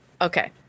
Okay